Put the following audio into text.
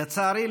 לצערי,